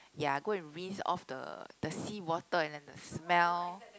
ya go and rinse off the the seawater and the smell